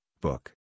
book